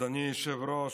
אדוני היושב-ראש,